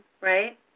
right